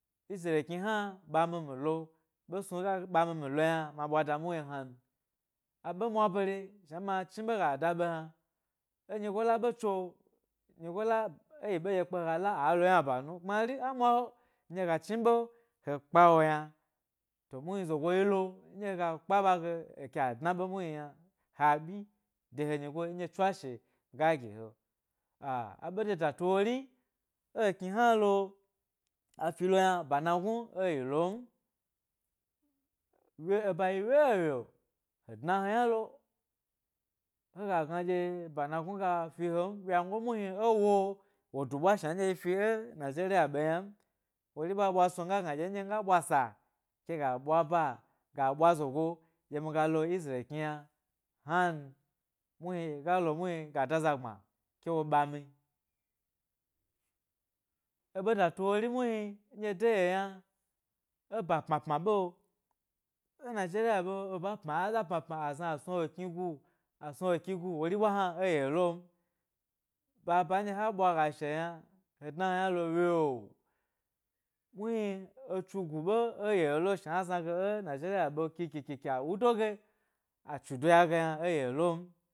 Isreal kni hua ɓami milo, ɓe snu ga ɓami milo yna, ma ɓwada muhni hman aɓe mwa bare shna ma chniɓe ga da ɓe hna. Enyigola ɓe cho nyi gola eyi be dye kpe hegala alo ynaba num gbmar a mwa he nɗye hega chni ɓe he kga wo yna, to muhni zogo yilo nɗye hega kpa ɓa ye yna ekea dnaɓe muhni m yna ha ɓyi de he nyi goe nɗye tswashe ga gi he. eɓe da tu wori ekni hnalo afilo yna, banagnu eyi lo m, yi eba yi wyo wyo he dna he yna lo, hega gna ɗye bana gnu ga fi hem, yango muhni e wo wo duɓwa shna nɗye yi fi e nigeria ɓe yna m wori ɓa ɓwa snu nga gna dye nɗye ma ɓwasa ke ga ɓwa ba ga ɓwa zogo gyemi ga lo isreal kni yna hnan muhni ngalo muhni gaa da za gbma ke wo ɓa mi. Ebe da tu wori muhni nɗye de ye yna e ba pma pma ɓe, e nigeria ɓe eba pma aza pma pma azna a snu ekni gu, asnu ekni gu wori ɓwa hna eye lo m, baba nɗye ha bwa ga shi'o yna he dna he yna lo wyo, muhni etsu gu ɓe eye lo m, shna nɗye azna nigeria ɓe ki ki ki awudo ge achudo ya ge yna eye lo m.